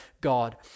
God